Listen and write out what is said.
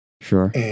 Sure